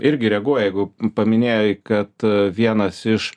irgi reaguoja jeigu paminėjai kad vienas iš